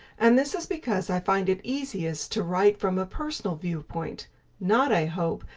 and this is because i find it easiest to write from a personal viewpoint not, i hope,